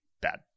bad